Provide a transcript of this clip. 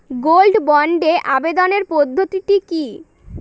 Gold বন্ডে আবেদনের পদ্ধতিটি কি?